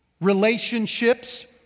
relationships